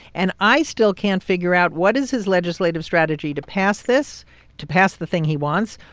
and i still can't figure out what is his legislative strategy to pass this to pass the thing he wants.